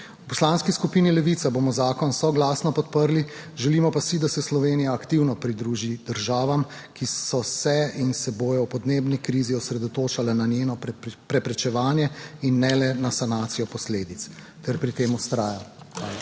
V Poslanski skupini Levica bomo zakon soglasno podprli, želimo pa si, da se Slovenija aktivno pridruži državam, ki so se in se bodo ob podnebni krizi osredotočale na njeno preprečevanje in ne le na sanacijo posledic ter pri tem vztraja. Hvala.